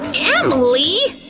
emily!